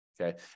okay